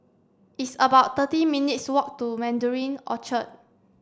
it's about thirty minutes' walk to Mandarin Orchard